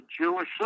Jewish